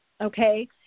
Okay